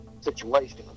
situation